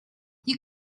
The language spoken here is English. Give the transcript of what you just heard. you